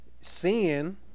sin